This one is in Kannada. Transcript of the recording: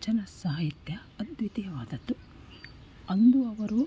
ವಚನ ಸಾಹಿತ್ಯ ಅದ್ವಿತೀಯವಾದದ್ದುಅಂದು ಅವರು